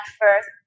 first